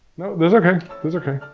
no, that's okay, that's okay.